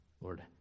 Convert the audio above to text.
Lord